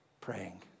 praying